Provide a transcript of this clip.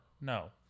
No